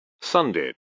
Sunday